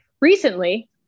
Recently